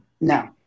no